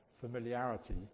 familiarity